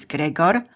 Gregor